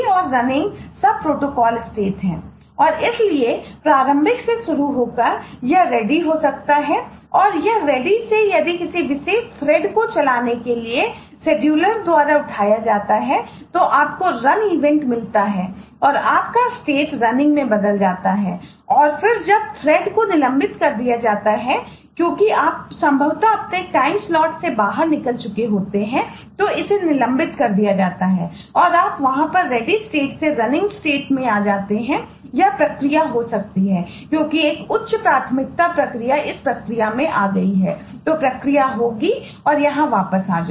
और इसलिए प्रारंभिक से शुरू होकर यह रेडी से आ जाते हैं या प्रक्रिया हो सकती है क्योंकि एक उच्च प्राथमिकता प्रक्रिया इस प्रक्रिया में आ गई है तो प्रक्रिया होगी और यहाँ वापस आ जाओ